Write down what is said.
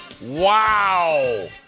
Wow